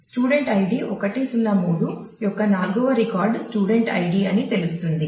student id 103 యొక్క నాల్గవ record student id అని తెలుస్తుంది